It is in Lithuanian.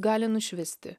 gali nušvisti